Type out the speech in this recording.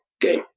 game